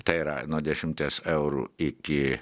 tai yra nuo dešimties eurų iki